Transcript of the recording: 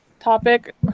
topic